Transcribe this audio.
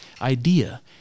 idea